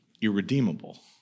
irredeemable